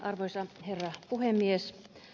arvoisa herra puhemies